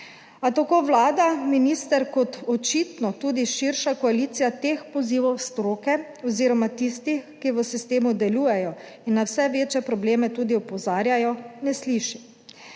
A tako Vlada, minister kot očitno tudi širša koalicija teh pozivov stroke oziroma tistih, ki v sistemu delujejo in na vse večje probleme tudi opozarjajo, ne sliši.